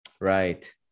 Right